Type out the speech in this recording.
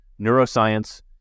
neuroscience